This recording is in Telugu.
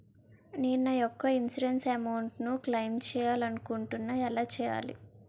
నేను నా యెక్క ఇన్సురెన్స్ అమౌంట్ ను క్లైమ్ చేయాలనుకుంటున్నా ఎలా చేయాలి?